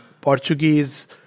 Portuguese